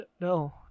no